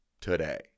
today